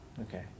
Okay